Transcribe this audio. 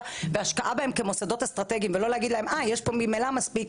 והשקעה בהם כמוסדות אסטרטגיים ולא להגיד יש פה ממילא מספיק